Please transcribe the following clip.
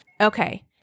Okay